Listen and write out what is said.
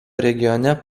regione